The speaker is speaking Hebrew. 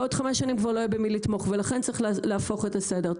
בעוד חמש שנים כבר לא יהיה במי לתמוך ולכן צריך להפוך את הסדר.